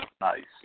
Nice